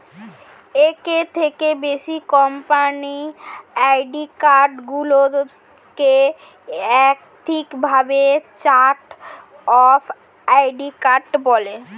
একের থেকে বেশি কোম্পানির অ্যাকাউন্টগুলোকে একত্রিত ভাবে চার্ট অফ অ্যাকাউন্ট বলে